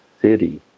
city